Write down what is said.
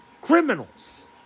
criminals